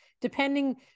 depending